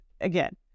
Again